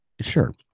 Sure